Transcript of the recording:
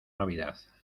navidad